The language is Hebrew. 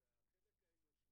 וכן יום נוסף